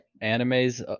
anime's